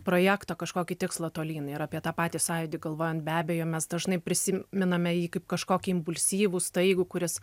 projekto kažkokį tikslą tolyn ir apie tą patį sąjūdį galvojant be abejo mes dažnai prisimename jį kaip kažkokį impulsyvų staigų kuris